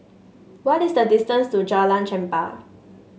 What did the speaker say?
what is the distance to Jalan Chempah